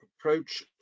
approach